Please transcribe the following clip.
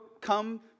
come